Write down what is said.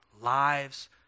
lives